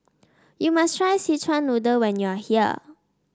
you must try Szechuan Noodle when you are here